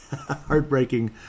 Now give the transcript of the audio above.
Heartbreaking